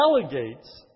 delegates